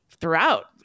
throughout